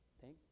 thank